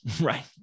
right